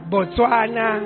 Botswana